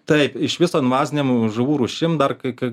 taip iš viso invazinėm žuvų rūšim dar kai kai